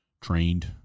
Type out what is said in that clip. trained